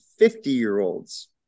50-year-olds